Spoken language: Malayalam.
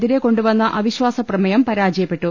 തിരെ കൊണ്ടുവന്ന അവിശ്ചാസ പ്രമേയം പരാജയപ്പെട്ടു